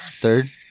third